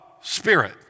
Spirit